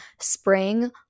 Spring